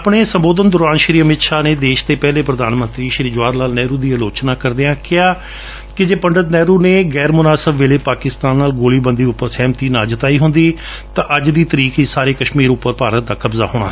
ਆਪਣੇ ਸੰਬੋਧਨ ਦੌਰਾਨ ਸ਼ੀ ਅਮਿਤ ਸ਼ਾਹ ਨੇ ਦੇਸ਼ ਦੇ ਪਹਿਲੇ ਪ੍ਧਾਨ ਮੰਤਰੀ ਸ਼੍ਰੀ ਜਵਾਹਰ ਲਾਲ ਨਹਿਰੂ ਦੀ ਅਲੋਚਨਾ ਕਰਦਿਆਂ ਕਿਹਾ ਕਿ ਜੇ ਪੰਡਤ ਨਹਿਰੂ ਨੇ ਗੈਰ ਮੁਨਾਸਬ ਵੇਲੇ ਪਾਕਿਸਤਾਨ ਨਾਲ ਗੋਲੀ ਬੰਦੀ ਉਂਪਰ ਸਹਿਮਤੀ ਨਾ ਜਤਾਈ ਹੁੰਦੀ ਤਾਂ ਅੱਜ ਦੀ ਤਾਰੀਖ ਵਿੱਚ ਸਾਰੇ ਕਸ਼ਮੀਰ ਉਂਪਰ ਭਾਰਤ ਦਾ ਕਬਜਾ ਹੁੰਦਾ